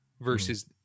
Versus